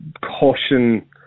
caution